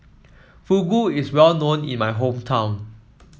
fugu is well known in my hometown